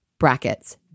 Brackets